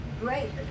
great